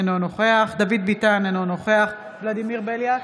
אינו נוכח דוד ביטן, אינו נוכח ולדימיר בליאק,